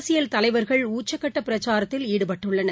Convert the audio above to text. அரசியல் தலைவர்கள் உச்சக்கட்ட பிரச்சாரத்தில் ஈடுபட்டுள்ளனர்